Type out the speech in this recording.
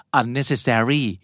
unnecessary